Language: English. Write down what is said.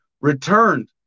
returned